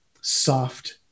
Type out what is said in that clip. soft